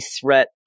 threat